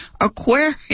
Aquarium